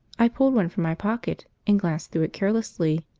i pulled one from my pocket and glanced through it carelessly.